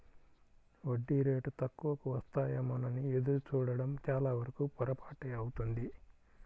వడ్డీ రేటు తక్కువకు వస్తాయేమోనని ఎదురు చూడడం చాలావరకు పొరపాటే అవుతుంది